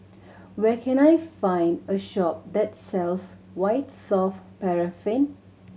where can I find a shop that sells White Soft Paraffin